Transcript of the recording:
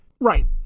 Right